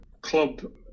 club